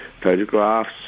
photographs